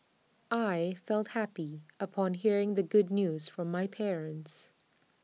I felt happy upon hearing the good news from my parents